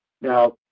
now